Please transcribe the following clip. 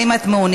האם את מעוניינת?